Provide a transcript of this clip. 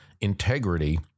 integrity